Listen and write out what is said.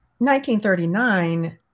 1939